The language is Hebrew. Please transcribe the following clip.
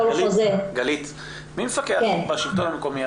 בכל חוזה --- מי מפקח בשלטון המקומי?